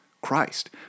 Christ